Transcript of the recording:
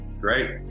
Great